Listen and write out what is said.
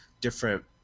different